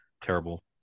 terrible